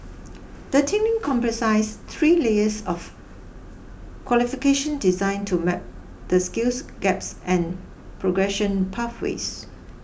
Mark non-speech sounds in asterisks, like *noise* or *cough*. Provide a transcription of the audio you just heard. *noise* the training comprises three layers of qualifications designed to map the skills gaps and progression pathways